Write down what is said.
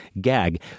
gag